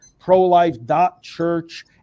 ProLife.Church